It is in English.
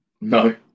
No